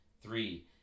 three